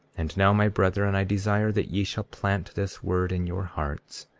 and now, my brethren, i desire that ye shall plant this word in your hearts,